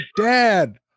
dad